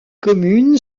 commune